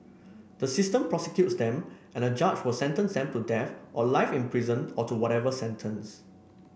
the system prosecutes them and a judge will sentence them to death or life in prison or to whatever sentence